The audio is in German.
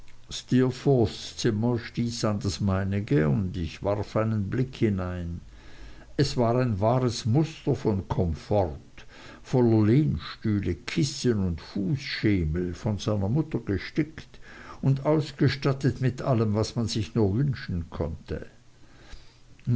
das meinige und ich warf einen blick hinein es war ein wahres muster von komfort voller lehnstühle kissen und fußschemel von seiner mutter gestickt und ausgestattet mit allem was man nur wünschen konnte